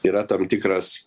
yra tam tikras